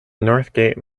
northgate